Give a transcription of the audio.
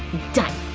done!